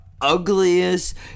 ugliest